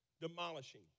demolishing